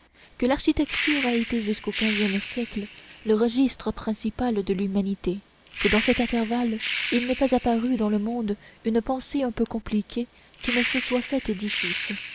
que l'architecture a été jusqu'au quinzième siècle le registre principal de l'humanité que dans cet intervalle il n'est pas apparu dans le monde une pensée un peu compliquée qui ne se soit faite édifice